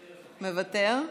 מוותר,